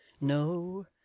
no